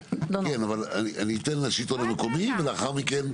מרכז השלטון המקומי, בבקשה.